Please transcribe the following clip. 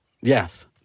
Yes